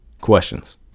questions